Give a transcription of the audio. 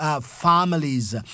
families